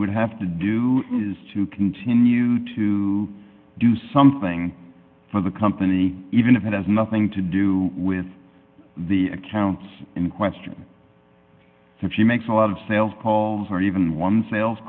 would have to do is to continue to do something for the company even if it has nothing to do with the accounts in question if she makes a lot of sales calls or even sales